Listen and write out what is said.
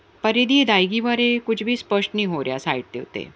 ਪਰ ਇਹਦੀ ਅਦਾਇਗੀ ਬਾਰੇ ਕੁਝ ਵੀ ਸਪਸ਼ਟ ਨਹੀਂ ਹੋ ਰਿਹਾ ਸਾਈਡ ਦੇ ਉੱਤੇ